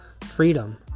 freedom